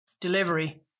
delivery